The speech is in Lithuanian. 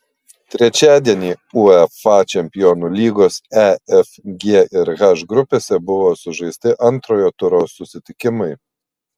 trečiadienį uefa čempionų lygos e f g ir h grupėse buvo sužaisti antrojo turo susitikimai